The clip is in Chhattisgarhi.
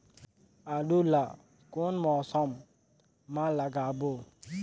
आलू ला कोन मौसम मा लगाबो?